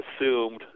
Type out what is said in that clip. assumed